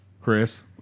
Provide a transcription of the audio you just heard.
Chris